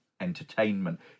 entertainment